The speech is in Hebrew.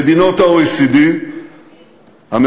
מדינות ה-OECD,